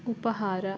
ಉಪಹಾರ